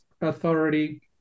authority